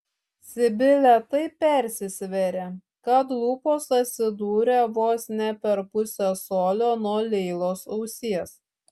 sibilė taip persisvėrė kad lūpos atsidūrė vos per pusę colio nuo leilos ausies